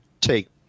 Take